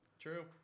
True